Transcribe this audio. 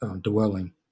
dwelling